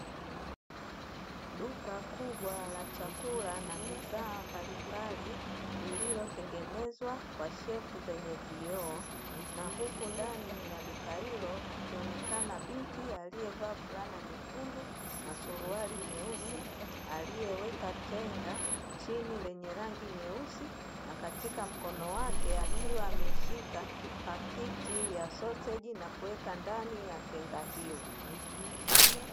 Duka kubwa la chakula na bidhaa mbali mbali, lililo tengenezwa kwa shefu zenye vioo, na uku ndani ya Duka hilo akionekana binti aliye vaa frana nyekundu na Suruali nyeusi, aliye weka tenga chini lenye rangi nyeusi na katika mkono wake akiwa ameshika paketi ya sausage na kuweka ndani ya tenga hilo.